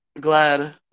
Glad